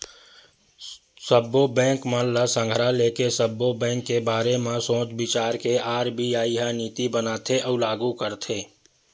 सब्बो बेंक मन ल संघरा लेके, सब्बो बेंक के बारे म सोच बिचार के आर.बी.आई ह नीति बनाथे अउ लागू करथे